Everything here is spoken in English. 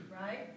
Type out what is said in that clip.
Right